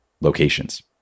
locations